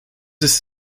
ist